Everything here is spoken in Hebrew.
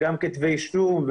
כתבי אישום,